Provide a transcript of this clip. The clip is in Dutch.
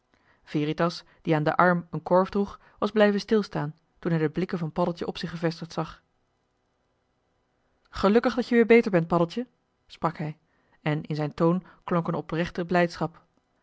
die aan den arm een korf droeg was blijven stilstaan toen hij de blikken van paddeltje op zich gevestigd zag joh h been paddeltje de scheepsjongen van michiel de ruijter gelukkig dat je weer beter bent paddeltje sprak hij en in zijn toon klonk een oprechte blijdschap